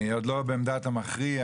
אני עוד לא בעמדת המכריע.